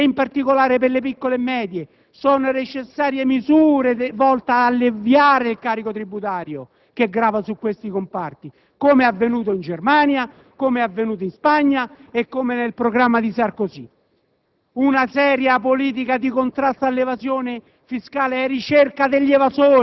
elevando il reddito effettivamente disponibile delle categorie produttive. Per le imprese, in particolare per le piccole e medie imprese, sono necessarie misure volte ad alleviare il carico tributario che grava su questi comparti, come è avvenuto in Germania e in Spagna e come è nel programma di Sarkozy.